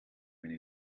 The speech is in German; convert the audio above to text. meine